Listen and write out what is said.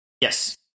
Yes